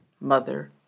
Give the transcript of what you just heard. mother